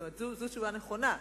זו תשובה נכונה,